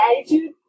attitude